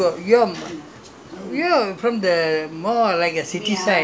no lah நீ நீ சொல்லுல உங்க உங்க:nee nee sollula ungga ungga you